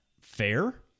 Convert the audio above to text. fair